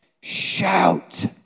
shout